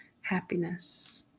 happiness